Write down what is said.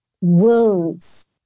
wounds